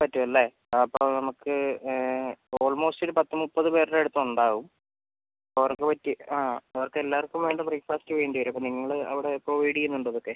പറ്റുവല്ലെ ആ അപ്പോൾ നമുക്ക് ഓൾമോസ്റ്റ് ഒരു പത്ത് മുപ്പത് പേരുടെ അടുത്തുണ്ടാവും അവർക്ക് പറ്റിയ ആ അവർക്കെല്ലാർക്കും വേണ്ട ബ്രേക്ക്ഫാസ്റ്റ് വേണ്ടിവരും അപ്പോൾ നിങ്ങൾ അവിടെ ഇപ്പോൾ അവിടെ പ്രൊവൈഡ് ചെയ്യുന്നുണ്ടോ ഇതൊക്കെ